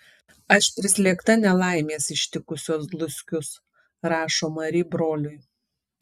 aš prislėgta nelaimės ištikusios dluskius rašo mari broliui